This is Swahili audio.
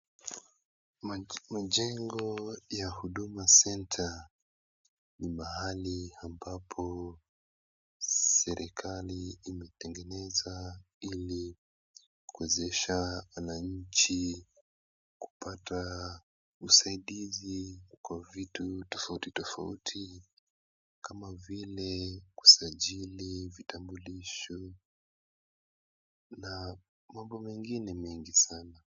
Majengo ya Huduma Centre ni mahali ambapo serikali imetengeneza ili kuwezesha wananchi kupata usaidizi kwa vitu tofauti tofauti kama vile kusajili vitambulisho na mambo mengine mengi sana.